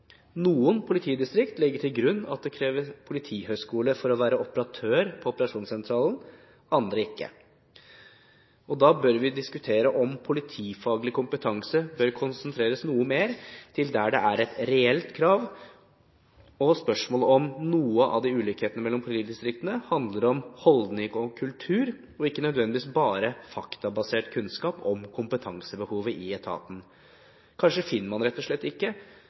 Noen politidistrikt legger til grunn at det kreves politihøyskole for å være operatør på operasjonssentralen, andre ikke. Da bør vi diskutere om politifaglig kompetanse bør konsentreres noe mer til der det er et reelt krav, og spørsmålet er om noen av ulikhetene mellom politidistriktene handler om holdning og kultur, og ikke nødvendigvis bare er faktabasert kunnskap om kompetansebehovet i etaten. Kanskje finner man rett og slett ikke